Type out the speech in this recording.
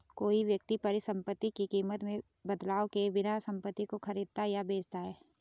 कोई व्यक्ति परिसंपत्ति की कीमत में बदलाव किए बिना संपत्ति को खरीदता या बेचता है